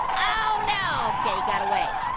oh, no. okay, he got away.